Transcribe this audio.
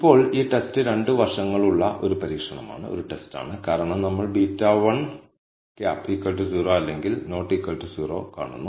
ഇപ്പോൾ ഈ ടെസ്റ്റ് രണ്ട് വശങ്ങളുള്ള ഒരു പരീക്ഷണമാണ് കാരണം നമ്മൾ β̂ 1 0 അല്ലെങ്കിൽ ≠0 കാണുന്നു